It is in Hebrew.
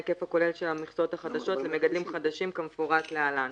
ההיקף הכולל של המכסות החדשות) למגדלים חדשים כמפורט להלן: